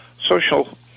social